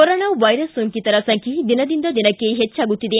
corona virus ಸೋಂಕಿತರ ಸಂಖ್ಯೆ ದಿನದಿಂದ ದಿನಕ್ಕೆ ಹೆಚ್ಚಾಗುತ್ತಿದೆ